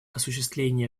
осуществления